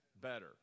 better